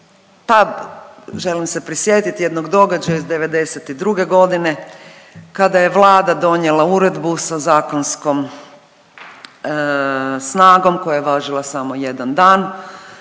Pa želim se prisjetiti jednog događaja iz '92. godine kada je Vlada donijela uredbu sa zakonskom snagom koja je važila samo jedan dan